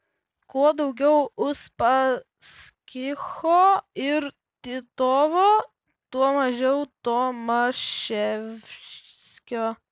kuo daugiau uspaskicho ir titovo tuo mažiau tomaševskio